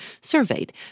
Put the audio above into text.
surveyed